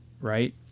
right